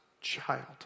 child